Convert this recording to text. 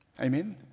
Amen